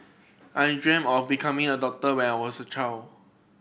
I dreamt of becoming a doctor when I was a child